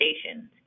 stations